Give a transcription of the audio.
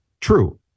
True